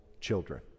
children